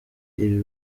iri